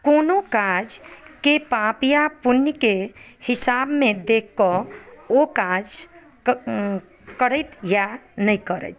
कोनो काज के पाप या पुण्य के हिसाब मे देख कऽ ओ काज करैथ या नहि करैथ